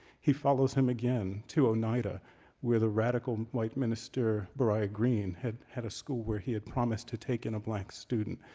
he followed him again to oneida where the radical white minister, boriah green, had had a school where he had promised to take in a black student.